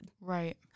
Right